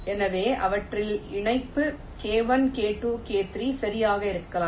எனவே அவற்றின் இணைப்பு k1 k2 k3 சரியாக இருக்கலாம்